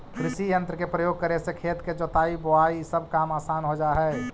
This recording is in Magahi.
कृषियंत्र के प्रयोग करे से खेत के जोताई, बोआई सब काम असान हो जा हई